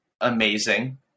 amazing